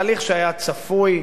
תהליך שהיה צפוי,